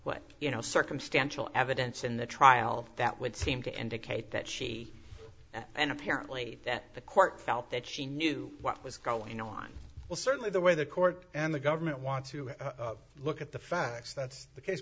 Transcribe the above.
what you know circumstantial evidence in the trial that would seem to indicate that she and apparently that the court felt that she knew what was going on well certainly the way the court and the government wants to look at the facts that's the case